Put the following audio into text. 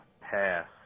pass